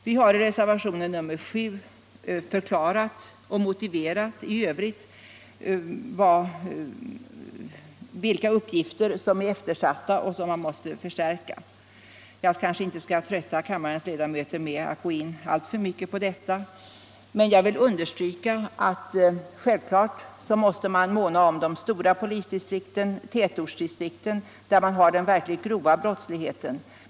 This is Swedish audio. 24 mars 1976 Vi har i reservationen 7 förklarat och i övrigt motiverat vilka uppgifter som är eftersatta och där man måste förstärka resurserna. Jag kanske Anslag till polisväinte skall trötta kammarens ledamöter med att gå in alltför mycket på = sendet detta, men jag vill understryka att man självfallet måste måna om de stora polisdistrikten, dvs. tätortsdistrikten, där man har den verkligt grova brottsligheten.